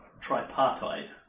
Tripartite